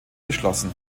geschlossen